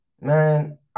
man